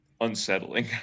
unsettling